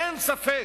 אין ספק,